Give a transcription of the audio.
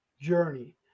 journey